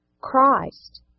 Christ